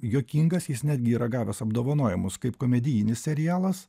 juokingas jis netgi yra gavęs apdovanojimus kaip komedijinis serialas